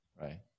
right